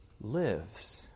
lives